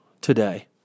today